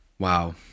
Wow